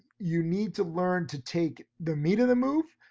you need to learn to take the meat of the move.